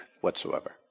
whatsoever